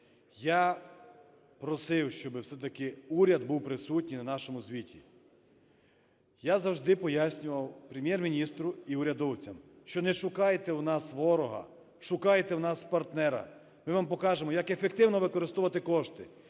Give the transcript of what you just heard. Я просив, щоб все-таки уряд був присутній на нашому звіті. Я завжди пояснював Прем'єр-міністру і урядовцям, що не шукайте в нас ворога, шукайте в нас партнера, ми вам покажемо, як ефективно використовувати кошти,